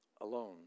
alone